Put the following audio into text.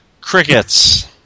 Crickets